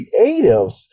creatives